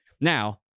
Now